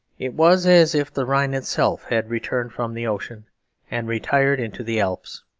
it was as if the rhine itself had returned from the ocean and retired into the alps.